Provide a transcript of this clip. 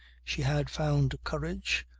she had found courage,